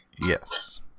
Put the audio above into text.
yes